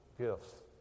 gifts